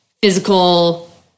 physical